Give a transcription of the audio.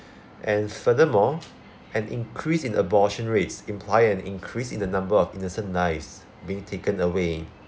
and furthermore an increase in abortion rates imply an increase in the number of innocent lives being taken away